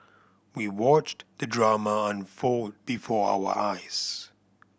we watched the drama unfold before our eyes